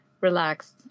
relaxed